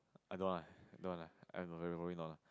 I don't want ah I don't want ah I probably not lah